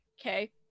Okay